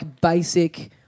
basic